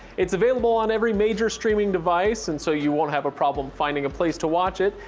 it's available on every major streaming device, and so you won't have a problem finding a place to watch it,